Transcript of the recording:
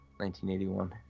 1981